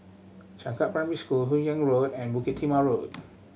Changkat Primary School Hun Yeang Road and Bukit Timah Road